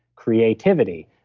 creativity,